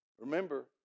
Remember